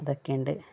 അതൊക്കെയുണ്ട്